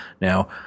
Now